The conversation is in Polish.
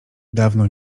dawno